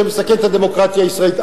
שמסכנת את הדמוקרטיה הישראלית.